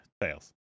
tails